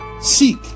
Seek